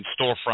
storefront